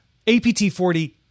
APT-40